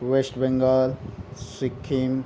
West Bengal Sikkim